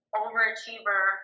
overachiever